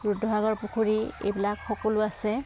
ৰুদ্ৰসাগৰ পুখুৰী এইবিলাক সকলো আছে